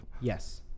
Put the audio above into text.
Yes